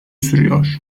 sürüyor